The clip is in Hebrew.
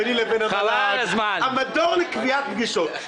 ביני לבין המל"ג המדור לקביעת פגישות.